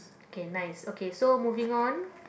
okay nice okay so moving on